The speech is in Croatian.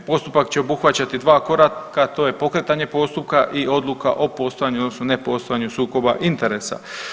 Postupak će obuhvaćati dva koraka, to je pokretanje postupka i odluka o postojanju odnosno ne postojanju sukoba interesa.